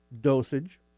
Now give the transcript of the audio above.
dosage